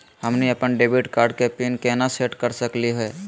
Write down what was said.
हमनी अपन debit card के पीन केना सेट कर सकली हे?